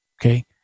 okay